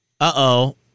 Uh-oh